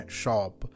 shop